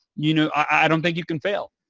you know i don't think you can fail.